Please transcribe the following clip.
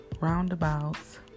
roundabouts